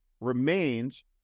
remains